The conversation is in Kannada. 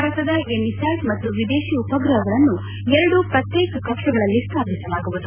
ಭಾರತದ ಎಮಿಸ್ಕಾಟ್ ಮತ್ತು ವಿದೇಶಿ ಉಪಗ್ರಹಗಳನ್ನು ಎರಡು ಪ್ರತ್ಯೇಕ ಕಕ್ಷೆಗಳಲ್ಲಿ ಸ್ಟಾಪಿಸಲಾಗುವುದು